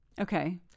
Okay